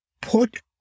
Put